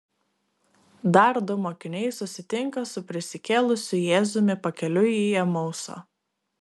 dar du mokiniai susitinka su prisikėlusiu jėzumi pakeliui į emausą